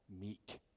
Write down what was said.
meek